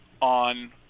on